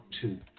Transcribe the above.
two